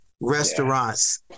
restaurants